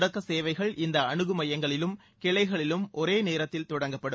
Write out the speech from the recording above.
தொடக்க சேவைகள் இந்த அனுகு மையங்களிலும் கிளைகளிலும் ஒரே நேரத்தில் தொடங்கப்படும்